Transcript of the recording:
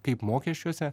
kaip mokesčiuose